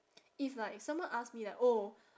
if like someone ask me like oh